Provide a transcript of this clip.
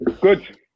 Good